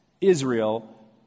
Israel